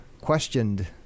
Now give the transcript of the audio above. questioned